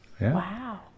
Wow